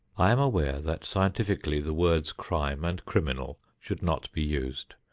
i am aware that scientifically the words crime and criminal should not be used.